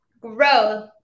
growth